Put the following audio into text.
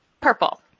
purple